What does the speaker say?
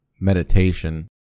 meditation